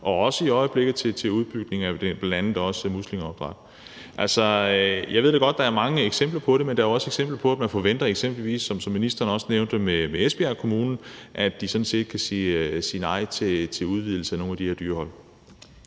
og også i øjeblikket til udbygning af muslingeopdræt. Altså, jeg ved da godt, at der er mange eksempler på det, men der er jo også eksempler på, at man forventer – eksempelvis som i Esbjerg Kommune, som ministeren nævnte – at de sådan set kan sige nej til udvidelse af nogle af de her dyrehold.